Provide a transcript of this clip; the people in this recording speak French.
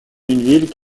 ville